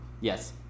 Yes